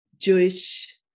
jewish